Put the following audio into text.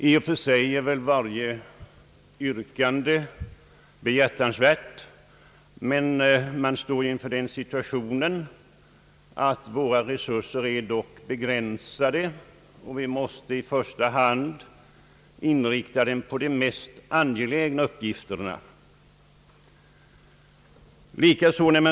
I och för sig är varje yrkande behjärtansvärt, men situationen är den att våra resurser är begränsade, och vi måste därför i första hand sätta in dem på de mest angelägna uppgifterna.